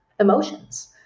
emotions